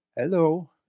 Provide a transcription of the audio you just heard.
Hello